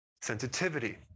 sensitivity